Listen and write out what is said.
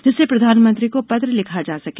जिससे प्रधानमंत्री को पत्र लिखा जा सके